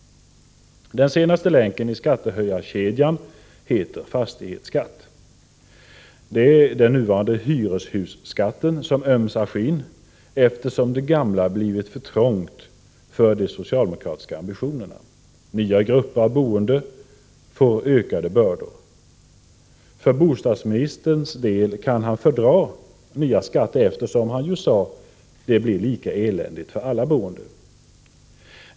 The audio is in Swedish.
Den senaste länken i skattehöjningskedjan heter fastighetsskatt. Det är den nuvarande hyreshusskatten som ömsar skinn, eftersom det gamla blivit för trångt för de socialdemokratiska ambitionerna. Nya grupper av boende får ökade bördor. Bostadsministern kan för sin del fördra nya skatter eftersom, som han sade, det blir lika eländigt för alla boende.